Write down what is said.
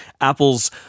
Apple's